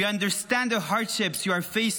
we understand the hardships you are facing